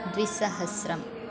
द्विसहस्रम्